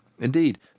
Indeed